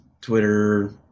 Twitter